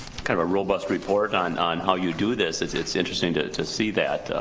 kind of robust report on on how you do this, it's it's interesting to to see that.